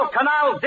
Canal